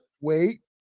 Wait